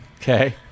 okay